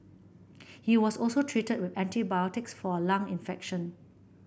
he was also treated with antibiotics for a lung infection